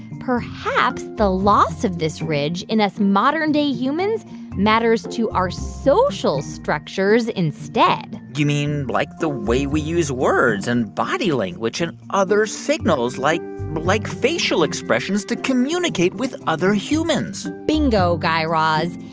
perhaps the loss of this ridge in us modern day humans matters to our social structures instead you mean like the way we use words and body language and other signals, like like facial expressions, to communicate with other humans bingo, guy raz.